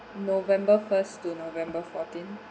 november first to november fourteen